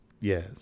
yes